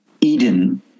Eden